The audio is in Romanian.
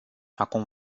acum